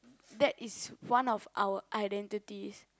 that is one of our identities